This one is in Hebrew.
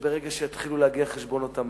שברגע שיתחילו להגיע חשבונות המים,